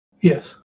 Yes